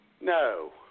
No